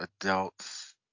adults